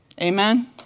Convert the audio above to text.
Amen